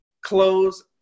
close